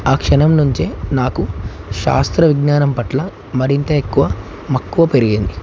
ఆ క్షణం నుంచే నాకు శాస్త్ర విజ్ఞానం పట్ల మరింత ఎక్కువ మక్కువ పెరిగింది